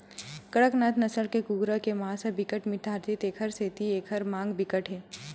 कड़कनाथ नसल के कुकरा के मांस ह बिकट मिठाथे तेखर सेती एखर मांग बिकट हे